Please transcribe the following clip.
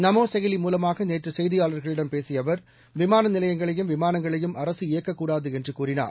நமோ செயலி மூலமாக நேற்று செய்தியாளர்களிடம் பேசிய அவர் விமான நிலையங்களையும் விமானங்களையும் அரசு இயக்கக்கூடாது என்று கூறினார்